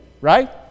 right